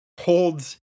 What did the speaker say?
holds